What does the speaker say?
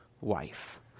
wife